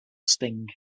sting